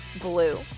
Blue